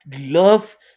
love